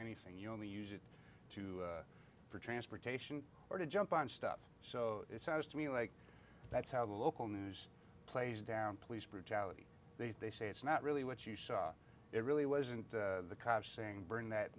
anything you only use it to for transportation or to jump on steps so it sounds to me like that's how the local news plays down police brutality they say it's not really what you saw it really wasn't the cops saying bring that